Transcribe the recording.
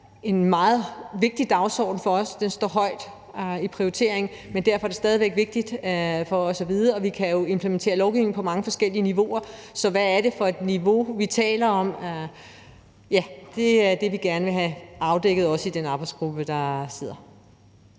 en meget vigtig dagsorden for os, den er højt prioriteret, men derfor er det stadig væk vigtigt for os at vide, hvad det koster. Vi kan jo implementere lovgivning på mange forskellige niveauer, så hvad er det for et niveau, vi taler om? Det er det, vi også gerne vil have afdækket i den arbejdsgruppe, der nedsættes.